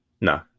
No